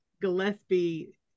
Gillespie